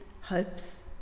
hopes